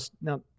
now